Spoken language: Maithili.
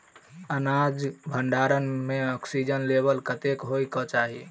अनाज भण्डारण म ऑक्सीजन लेवल कतेक होइ कऽ चाहि?